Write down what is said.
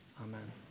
amen